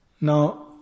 now